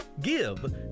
give